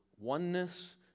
oneness